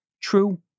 True